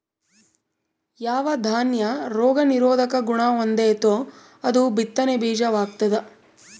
ಯಾವ ದಾನ್ಯ ರೋಗ ನಿರೋಧಕ ಗುಣಹೊಂದೆತೋ ಅದು ಬಿತ್ತನೆ ಬೀಜ ವಾಗ್ತದ